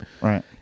Right